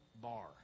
bar